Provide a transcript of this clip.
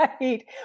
Right